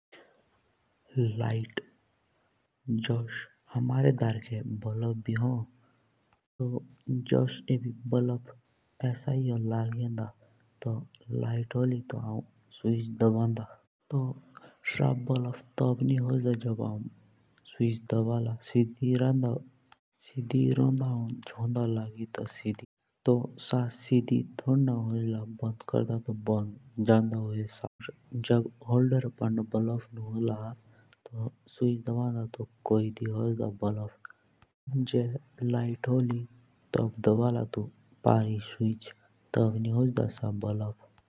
लाइट जो हमारे धरके जो बलब भी होन। जुस एभी बलब एसै हों लईयाँदा तो जब लघट होल और हौं सुविच दबल तो बलब तब नी होजाड़ा। शीधी रौंडा हौं झोंडा लग्यी तो शीधी तोड़ना होजड़ा। जब बलब लाले होलदार पांडा और लाइट होली और तब दबल सुविच तबा नी होजाड़ा।